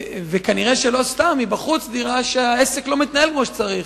כנראה לא סתם מבחוץ נראה שהעסק לא מתנהל כמו שצריך,